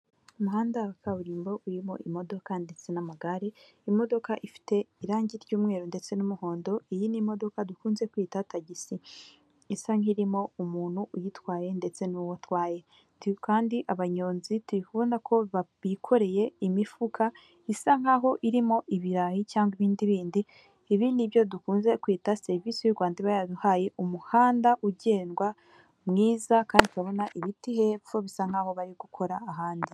Umuhanda wa kaburimbo urimo imodoka ndetse n'amagare imodoka ifite irange ry'umweru ndetse n'umuhondo iyi ni imodoka dukunze kwita tagisi isa nk'irimo umuntu uyitwaye ndetse n'uwo atwaye, kandi abanyonzi turi kubona ko bikoreye imifuka isa nkaho irimo ibirayi cyangwa ibindi bindi ibi nibyo dukunze kwita serivisi y'u Rwanda iba yaduhaye umuhanda ugendwa mwiza kandi turabona ibiti hepfo bisa nkaho bari gukora ahandi.